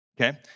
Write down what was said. Okay